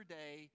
day